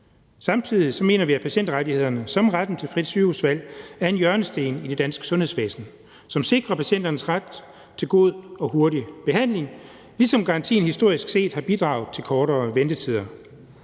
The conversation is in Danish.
Samtidig mener vi, at patientrettigheder som retten til frit sygehusvalg er en hjørnesten i det danske sundhedsvæsen, noget, som sikrer patienternes ret til god og hurtig behandling, ligesom garantien historisk set har bidraget til kortere ventetider.